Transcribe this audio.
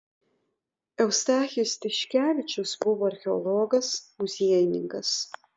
eustachijus tiškevičius buvo archeologas muziejininkas